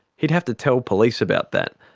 he'd have to tell police about that,